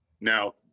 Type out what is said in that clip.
Now